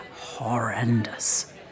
horrendous